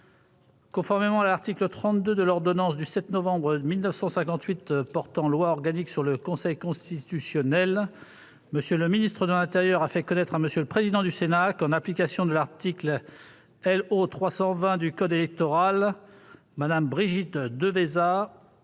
Conformément à l'article 32 de l'ordonnance n° 58-1067 du 7 novembre 1958 portant loi organique sur le Conseil constitutionnel, M. le ministre de l'intérieur a fait connaître à M. le président du Sénat que, en application de l'article L.O. 320 du code électoral, Mme Brigitte Devesa